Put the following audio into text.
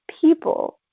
people